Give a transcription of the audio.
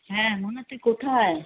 হ্যাঁ মনা তুই কোথায়